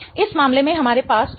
इस मामले में हमारे पास क्या है